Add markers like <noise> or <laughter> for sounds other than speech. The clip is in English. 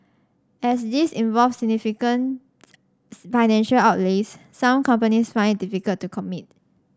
as these involve significant <unintelligible> financial outlays some companies find it difficult to commit